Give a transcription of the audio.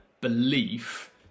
belief